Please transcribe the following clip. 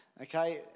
Okay